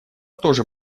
тоже